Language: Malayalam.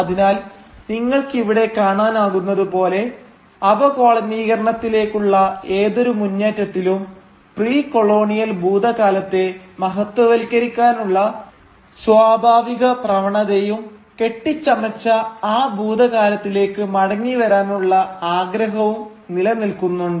അതിനാൽ നിങ്ങൾക്കിവിടെ കാണാനാകുന്നതുപോലെ അപകോളനീകരണത്തിലേക്കുള്ള ഏതൊരു മുന്നേറ്റത്തിലും പ്രീ കൊളോണിയൽ ഭൂതകാലത്തെ മഹത്വവൽക്കരിക്കാനുള്ള സ്വാഭാവിക പ്രവണതയും കെട്ടിച്ചമച്ച ആ ഭൂതകാലത്തിലേക്ക് മടങ്ങിവരാനുള്ള ആഗ്രഹവും നിലനിൽക്കുന്നുണ്ട്